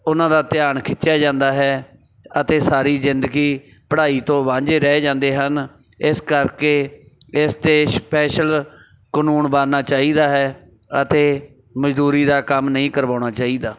ਉਹਨਾਂ ਦਾ ਧਿਆਨ ਖਿੱਚਿਆ ਜਾਂਦਾ ਹੈ ਅਤੇ ਸਾਰੀ ਜ਼ਿੰਦਗੀ ਪੜ੍ਹਾਈ ਤੋਂ ਵਾਂਝੇ ਰਹਿ ਜਾਂਦੇ ਹਨ ਇਸ ਕਰਕੇ ਇਸ 'ਤੇ ਸਪੈਸ਼ਲ ਕਾਨੂੰਨ ਬਣਨਾ ਚਾਹੀਦਾ ਹੈ ਅਤੇ ਮਜ਼ਦੂਰੀ ਦਾ ਕੰਮ ਨਹੀਂ ਕਰਵਾਉਣਾ ਚਾਹੀਦਾ